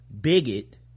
bigot